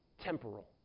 temporal